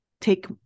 take